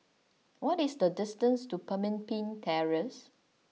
what is the distance to Pemimpin Terrace